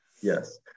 Yes